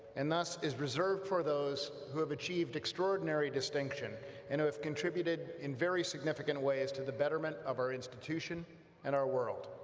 and thus is reserved for those who have achieved extraordinary distinction and who have contributed in very significant ways to the betterment of our institution and our world.